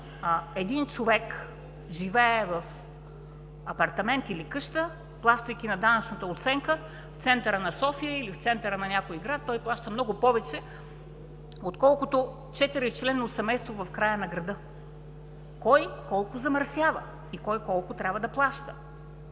един човек живее в апартамент или къща, плащайки на данъчната оценка, в центъра на София или в центъра на някой град той плаща много повече, отколкото четиричленно семейство в края на града. Кой колко замърсява и кой колко трябва да плаща?!